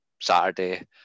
Saturday